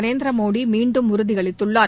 நரேந்திரமோடி மீண்டும் உறுதி அளித்துள்ளார்